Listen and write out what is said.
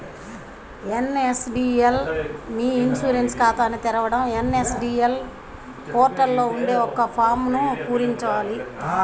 NSDL మీ e insurance ఖాతాని తెరవడం ఎన్.ఎస్.డి.ఎల్ పోర్టల్ లో ఉండే ఒక ఫారమ్ను పూరించాలి